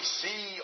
see